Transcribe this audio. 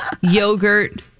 yogurt